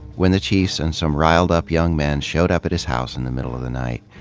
when the chiefs and some riled up young men showed up at his house in the middle of the night,